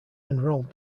enrolled